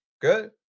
Good